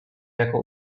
jako